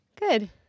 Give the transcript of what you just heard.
Good